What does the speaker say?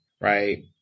Right